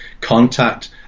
contact